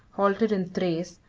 halted in thrace,